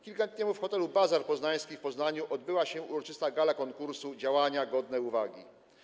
Kilka dni temu w hotelu Bazar Poznański w Poznaniu odbyła się uroczysta gala konkursu „Działania godne uwagi”